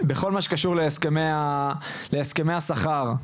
בכל מה שקשור להסכמי השכר.